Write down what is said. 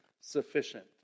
sufficient